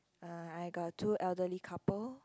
uh I got two elderly couple